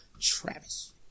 Travis